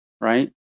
right